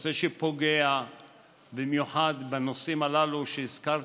נושא שפוגע במיוחד בנושאים הללו שהזכרת.